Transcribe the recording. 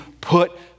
put